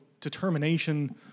determination